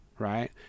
Right